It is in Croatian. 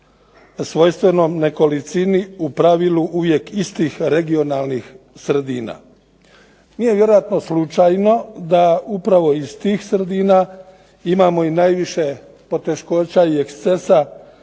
svojstvenom nekolicini u pravilu uvijek istih regionalnih sredina. Nije vjerojatno slučajno da upravo iz tih sredina imamo i najviše poteškoća i ekscesa